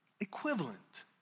equivalent